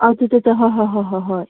ꯑꯗꯨꯗꯇ ꯍꯣꯏ ꯍꯣꯏ ꯍꯣꯏ ꯍꯣꯏ